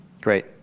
Great